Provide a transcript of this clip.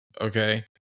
Okay